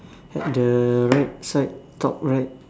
at the right side top right